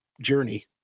journey